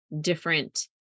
different